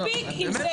מספיק עם זה.